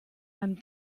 einem